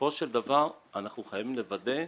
בסופו של דבר אנחנו חייבים לוודא,